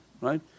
right